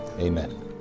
Amen